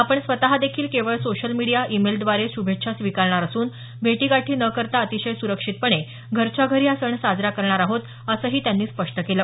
आपण स्वत देखील केवळ सोशल मिडीया ईमेलद्वारे श्भेच्छा स्वीकारणार असून भेटीगाठी न करता अतिशय सुरक्षितपणे घरच्याघरी हा सण साजरा करणार आहोत असंही त्यांनी स्पष्ट केलं